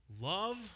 love